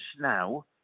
now